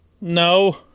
no